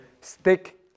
stick